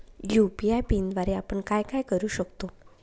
UPI पिनद्वारे आपण काय काय करु शकतो?